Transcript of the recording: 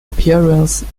appearances